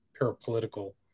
parapolitical